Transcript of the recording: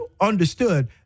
understood